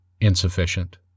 insufficient